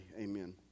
Amen